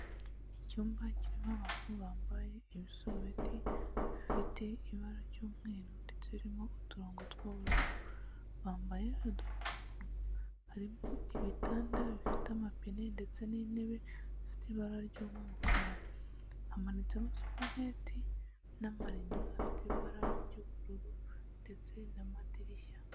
Icyumba kirimo abantu bambaye ibisurubeti bifite ibara ry'umweru ndetse ririmo uturongo tw'ubururu, bambaye udupfukamunwa, harimo ibitanda bifite amapine ndetse n'intebe zifite ibara ry'umukara, hamanitsemo supaneti n'amarido afite ibara ry'ubururu ndetse n'amadirishya.